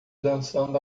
dançando